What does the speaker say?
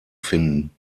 finden